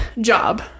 job